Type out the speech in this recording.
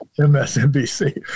MSNBC